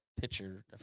Pitcher